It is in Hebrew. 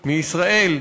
מישראל,